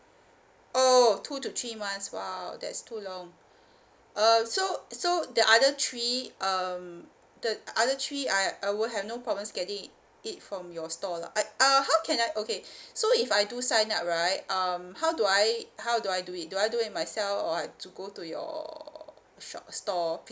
oh two to three months !wow! that's too long uh so so the other three um the other three I I will have no problems getting it it from your store lah eh uh h~ how can I okay so if I do sign up right um how do I how do I do it do I do it myself or I have to go to your shop store